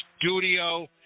studio